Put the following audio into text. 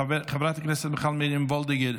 חברת הכנסת מיכל מרים וולדיגר,